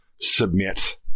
submit